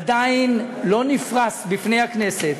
עדיין לא נפרסו בפני הכנסת,